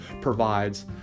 provides